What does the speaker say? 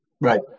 Right